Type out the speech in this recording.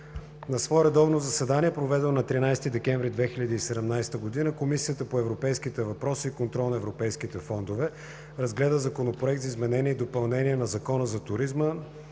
На свое редовно заседание, проведено на 13 декември 2017 г., Комисията по европейските въпроси и контрол на европейските фондове разгледа Законопроект за изменение и допълнение на Закона за туризма,